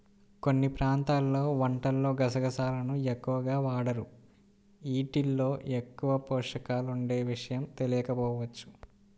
కొన్ని ప్రాంతాల్లో వంటల్లో గసగసాలను ఎక్కువగా వాడరు, యీటిల్లో ఎక్కువ పోషకాలుండే విషయం తెలియకపోవచ్చు